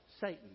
Satan